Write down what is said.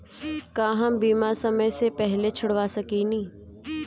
का हम बीमा समय से पहले छोड़वा सकेनी?